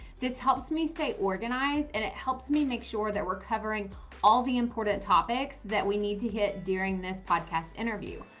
this helps me stay organized. and it helps me make sure that we're covering all the important topics that we need to hit during this podcast interview.